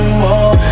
more